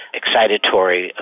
excitatory